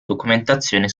documentazione